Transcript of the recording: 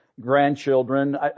grandchildren